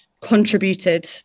contributed